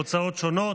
הוצאות שונות,